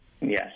Yes